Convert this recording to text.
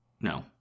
No